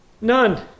None